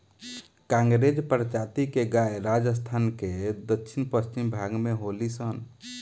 कांकरेज प्रजाति के गाय राजस्थान के दक्षिण पश्चिम भाग में होली सन